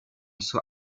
zur